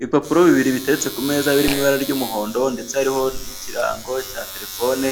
Ibipapuro bibiri biteretse ku meza biri mu ibara ry'umuhondo ndetse hariho n'ikirango cya telefone,